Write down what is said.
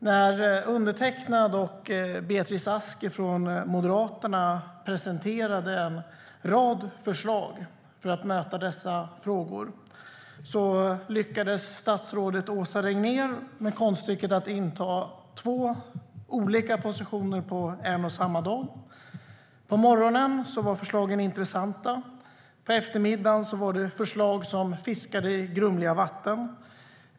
När jag och Beatrice Ask från Moderaterna presenterade en rad förslag för att möta dessa frågor lyckades statsrådet Åsa Regnér med konststycket att inta två olika positioner på en och samma dag - på morgonen var förslagen intressanta, och på eftermiddagen var det förslag som fiskade i grumliga vatten.